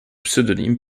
pseudonyme